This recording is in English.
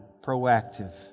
proactive